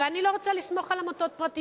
ואני לא רוצה לסמוך על עמותות פרטיות.